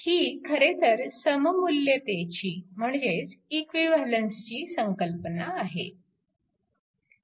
ही खरेतर सममुल्यतेची म्हणजेच इक्विवॅलंसची संकल्पना आहे